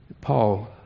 Paul